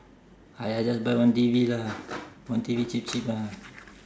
!aiya! just buy one T_V lah one T_V cheap cheap ah